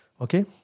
Okay